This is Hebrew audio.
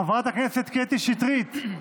חברת הכנסת קטי שטרית,